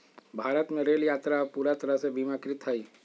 भारत में रेल यात्रा अब पूरा तरह से बीमाकृत हई